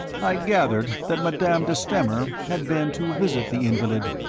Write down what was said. i gathered that madame de stamer had been to visit the invalid,